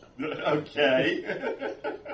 Okay